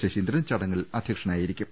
ശശീന്ദ്രൻ ചടങ്ങിൽ അധ്യക്ഷനായിരി ക്കും